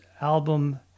album